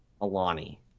Alani